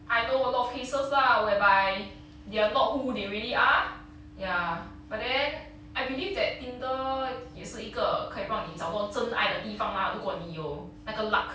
I know a lot of cases lah whereby they are not who they really are ya but then I believe that tinder 也是一个可以帮你找到真爱的地方 lah 如果你有那个 luck